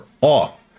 off